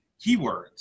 keywords